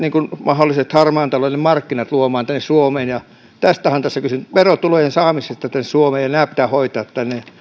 mahdolliset harmaan talouden markkinat luomaan tänne suomeen tästähän tässä on kysymys verotulojen saamisesta tänne suomeen nämä pitää hoitaa tänne